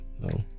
no